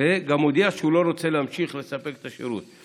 והוא גם הודיע שהוא לא רוצה להמשיך לספק את השירות.